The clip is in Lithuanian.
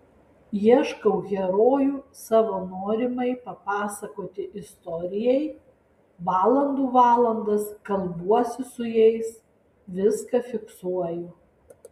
ieškau herojų savo norimai papasakoti istorijai valandų valandas kalbuosi su jais viską fiksuoju